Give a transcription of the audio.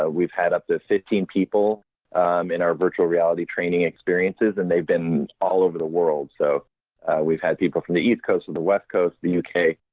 ah we've had up to fifteen people um in our virtual reality training experiences and they've been all over the world. so we've had people from the east coast, in the west coast, the yeah